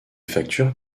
factures